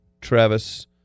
Travis